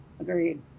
Agreed